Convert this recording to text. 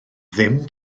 ddim